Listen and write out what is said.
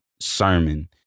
sermon